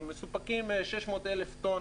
מסופקים 600,000 טון